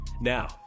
Now